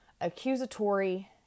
accusatory